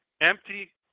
Empty